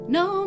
no